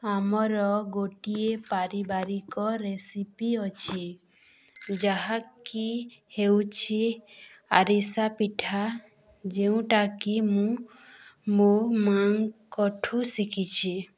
ଆମର ଗୋଟିଏ ପାରିବାରିକ ରେସିପି ଅଛି ଯାହାକି ହେଉଛି ଆରିସା ପିଠା ଯେଉଁଟାକି ମୁଁ ମୋ ମା'ଙ୍କ ଠୁ ଶିଖିଛି